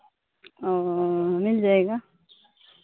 मिल जाएगा